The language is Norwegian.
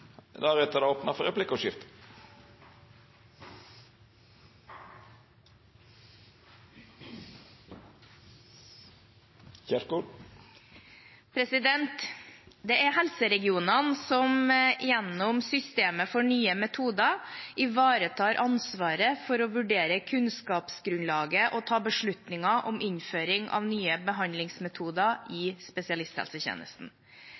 helseregionene som gjennom systemet for Nye metoder ivaretar ansvaret for å vurdere kunnskapsgrunnlaget og ta beslutninger om innføring av nye behandlingsmetoder